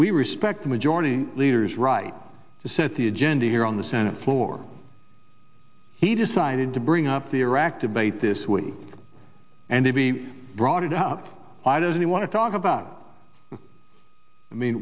we respect the majority leader's right to set the agenda here on the senate floor he decided to bring up the iraq debate this week and to be brought up why doesn't he want to talk about i mean